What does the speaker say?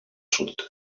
sud